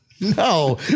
No